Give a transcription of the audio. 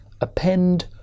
append